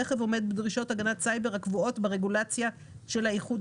הרכב עומד בדרישות הגנת הסייבר הקבועות ברגולציה של האיחוד